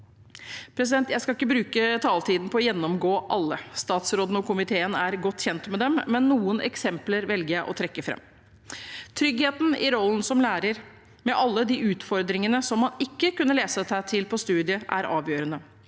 Jeg skal ikke bruke taletiden på å gjennomgå alle, for statsråden og komiteen er godt kjent med dem, men noen eksempler velger jeg å trekke fram. Tryggheten i rollen som lærer, med alle de utfordringene som man ikke kunne lese seg til på studiet, er avgjørende.